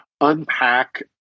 unpack